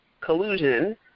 collusion